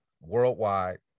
worldwide